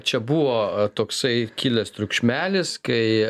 čia buvo toksai kilęs triukšmelis kai